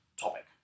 topic